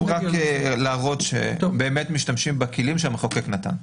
רק להראות שבאמת משתמשים בכלים שהמחוקק נתן.